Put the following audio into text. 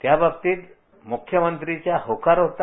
त्याबाबतीत मुख्यमंत्री यांचा होकार होता